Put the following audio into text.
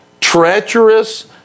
treacherous